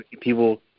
people